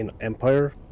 Empire